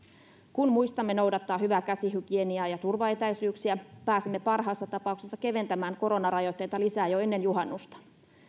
kun muistamme noudattaa hyvää käsihygieniaa ja turvaetäisyyksiä pääsemme parhaassa tapauksessa keventämään koronarajoitteita lisää jo ennen juhannusta